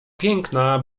piękna